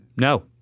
No